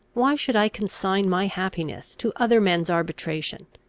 why should i consign my happiness to other men's arbitration?